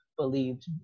believed